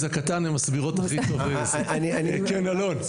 כן אלון.